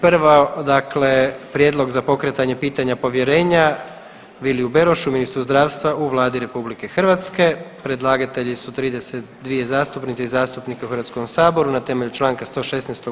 Prvo dakle: - Prijedlog za pokretanje pitanja povjerenja Viliju Berošu ministru zdravstva u Vladi RH Predlagatelji su 32 zastupnice i zastupnika u Hrvatskom saboru na temelju Članka 116.